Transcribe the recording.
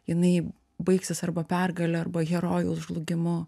jinai baigsis arba pergale arba herojaus žlugimu